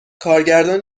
کارگردان